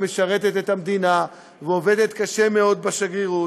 כשהיא משרתת את המדינה ועובדת קשה מאוד בשגרירות?